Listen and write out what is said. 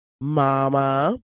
mama